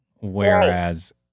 Whereas